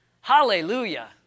Hallelujah